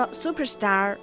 superstar